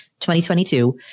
2022